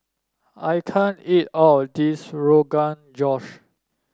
I can't eat all of this Rogan Josh